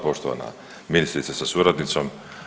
Poštovana ministrice sa suradnicom.